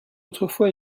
autrefois